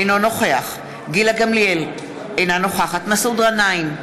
אינו נוכח גילה גמליאל, אינה נוכחת מסעוד גנאים,